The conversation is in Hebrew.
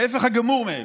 ההפך הגמור מאלו.